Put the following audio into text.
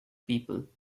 people